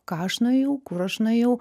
ką aš nuėjau kur aš nuėjau